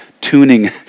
tuning